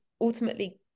ultimately